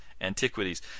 antiquities